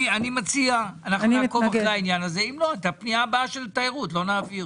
אם לא, את הפנייה הבאה של תיירות לא נעביר.